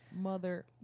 mother